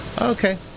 Okay